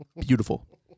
beautiful